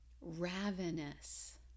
ravenous